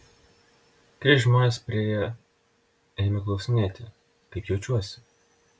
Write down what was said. keli žmonės priėję ėmė klausinėti kaip jaučiuosi